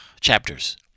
chapters